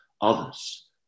others